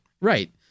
Right